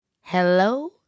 Hello